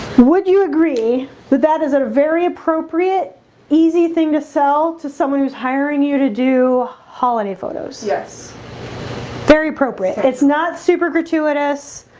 would you agree that that is a very appropriate easy thing to sell to someone who's hiring you to do holiday photos. yes very appropriate it's not super gratuitous,